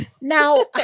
Now